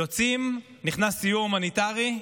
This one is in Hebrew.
יוצאים, נכנס סיוע הומניטרי,